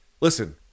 listen